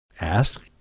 Ask